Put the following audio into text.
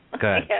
Good